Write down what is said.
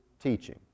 teaching